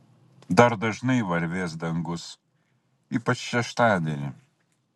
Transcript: dar dažnai varvės dangus ypač šeštadienį